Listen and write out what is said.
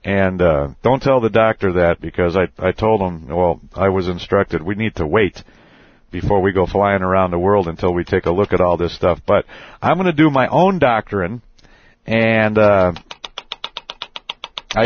and don't tell the doctor that because i told them all i was instructed we need to wait before we go flying around the world until we take a look at all this stuff but i'm going to do my own doctor and and